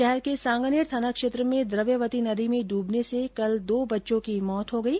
शहर के सांगानेर थाना क्षेत्र में द्रव्यवती नदी में डूबने से कल दो बच्चों की मौत हो गयी